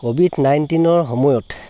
Covid নাইণ্টিনৰ সময়ত